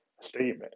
statement